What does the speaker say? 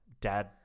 dad